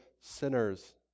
sinners